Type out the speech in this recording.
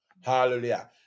Hallelujah